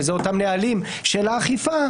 שזה אותם נהלים של האכיפה,